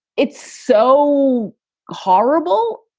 it's so horrible.